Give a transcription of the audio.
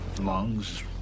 lungs